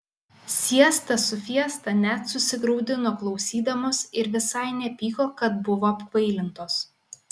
siesta su fiesta net susigraudino klausydamos ir visai nepyko kad buvo apkvailintos